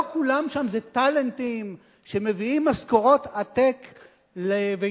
לא כולם שם זה טאלנטים שמביאים משכורות עתק לביתם.